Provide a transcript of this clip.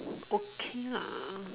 okay lah